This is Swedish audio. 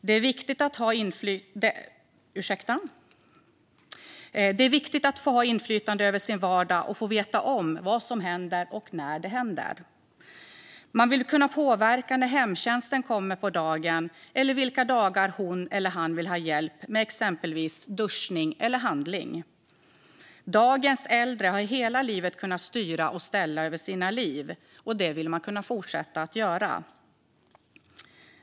Det är viktigt att få ha inflytande över sin vardag och få veta om vad som händer och när det händer. Man vill kunna påverka när hemtjänsten kommer på dagen eller vilka dagar man vill ha hjälp med exempelvis duschning eller handling. Dagens äldre har under hela livet kunnat styra och ställa över sina liv, och det vill de kunna fortsätta att göra.